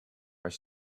are